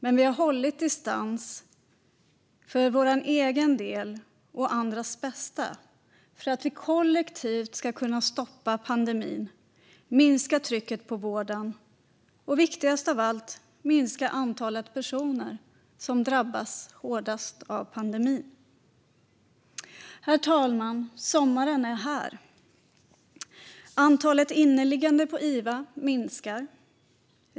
Men vi har hållit distans för vår egen del och andras bästa för att vi kollektivt ska kunna stoppa pandemin, minska trycket på vården och, viktigast av allt, minska antalet personer som drabbas hårdast av pandemin. Herr talman! Sommaren är här. Antalet inneliggande på IVA minskar.